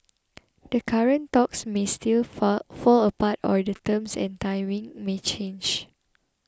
the current talks may still fall apart or the terms and timing may change